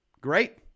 Great